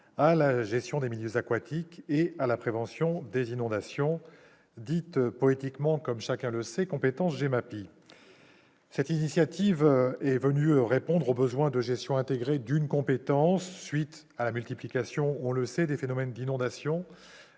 à la gestion des milieux aquatiques et à la prévention des inondations, poétiquement appelée compétence GEMAPI. Cette initiative est venue répondre au besoin de gestion intégrée d'une compétence, à la suite de la multiplication des phénomènes d'inondations,